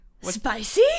Spicy